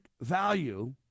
value